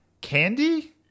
candy